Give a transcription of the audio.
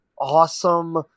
awesome